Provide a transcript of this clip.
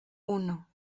uno